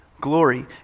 glory